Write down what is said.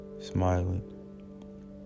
smiling